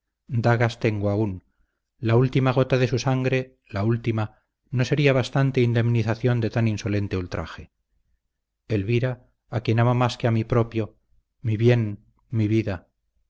dagas tengo aún la última gota de su sangre la última no sería bastante indemnización de tan insolente ultraje elvira a quien amo más que a mí propio mi bien mi vida